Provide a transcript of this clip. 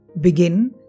Begin